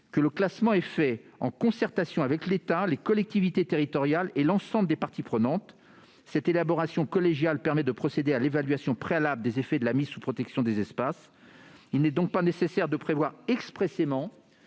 que le classement est fait en concertation avec l'État, les collectivités territoriales et l'ensemble des parties prenantes. Dans la mesure où cette élaboration collégiale permet de procéder à l'évaluation préalable des effets de la mise sous protection des espaces, il n'est pas nécessaire de prévoir expressément